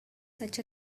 such